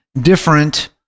different